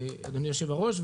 אדוני יושב הראש,